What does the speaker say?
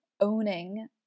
owning